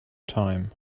time